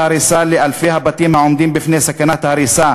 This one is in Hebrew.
ההריסה לאלפי הבתים העומדים בפני סכנת ההריסה,